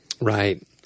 right